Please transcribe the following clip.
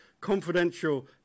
confidential